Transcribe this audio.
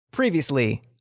Previously